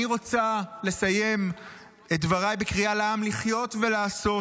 אני רוצה לסיים את דבריי בקריאה לעם לחיות ולעשות,